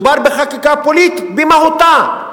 מדובר בחקיקה פוליטית במהותה.